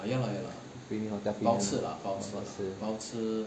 free meals that's it only